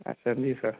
अच्छा जी सर